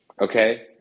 Okay